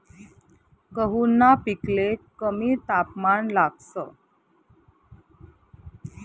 गहूना पिकले कमी तापमान लागस